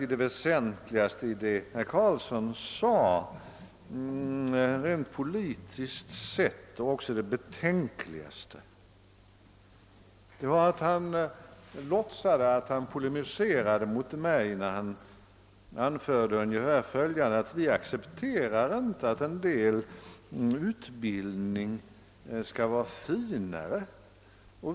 Det väsentligaste i vad herr Carlsson sade, rent politiskt sett, och också det betänkligaste var att han låtsade att han polemiserade mot mig när han anförde ungefär följande: »Vi accepterar inte att en viss utbildning skall vara finare.